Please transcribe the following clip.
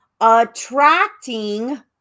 attracting